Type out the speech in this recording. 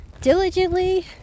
diligently